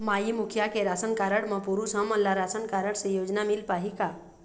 माई मुखिया के ration card म पुरुष हमन ला राशन कारड से योजना मिल पाही का?